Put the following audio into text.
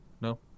No